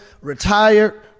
retired